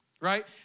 right